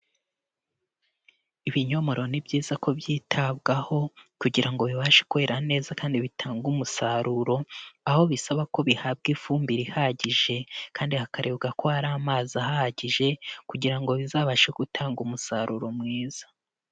Ibinyomoro ni byiza ko byitabwaho kugira ngo bibashe kwera neza kandi bitange umusaruro, aho bisaba ko bihabwa ifumbire ihagije kandi hakarebwa ko hari amazi ahagije kugira ngo bizabashe gutanga umusaruro mwiza.